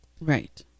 Right